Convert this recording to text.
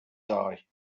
die